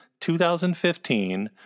2015